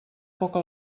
poca